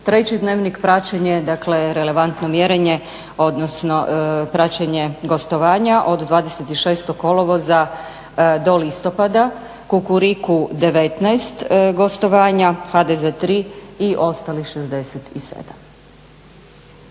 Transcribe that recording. Treći dnevnik, praćenje dakle relevantno mjerenje odnosno praćenje gostovanja od 26.kolovoza do listopada Kukuriku 19 gostovanja, HDz 3 i ostalih 67.